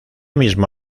mismo